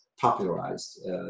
popularized